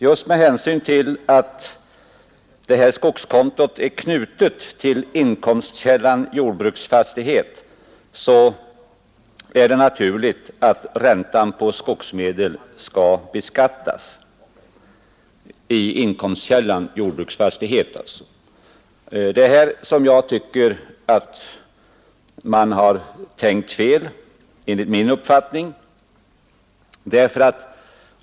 Just med hänsyn till att detta skogskonto är knutet till inkomstkällan jordbruksfastighet är det naturligt att räntan på skogsmedel skall beskattas i inkomstkällan jordbruksfastighet. Det är här som jag tycker att utskottet har tänkt fel.